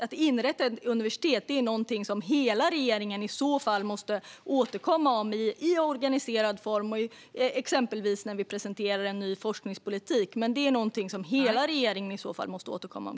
Att inrätta ett universitet är också något som hela regeringen i så fall måste återkomma om i organiserad form, exempelvis när vi presenterar en ny forskningspolitik. Men det är alltså någonting som hela regeringen i så fall måste återkomma om.